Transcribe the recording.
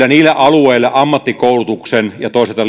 kyllä niillä alueilla ammattikoulutuksen ja toisaalta